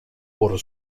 por